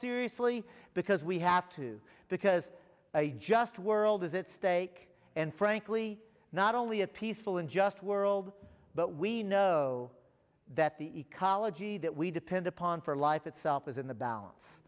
seriously because we have to because a just world is at stake and frankly not only a peaceful and just world but we know that the ecology that we depend upon for life itself is in the balance